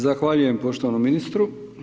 Zahvaljujem poštovanom ministru.